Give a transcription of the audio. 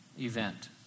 event